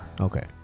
Okay